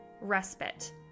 respite